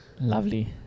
Lovely